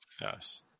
yes